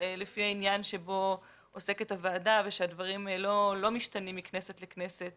לפי העניין בו עוסקת הוועדה והדברים לא משתנים מכנסת לכנסת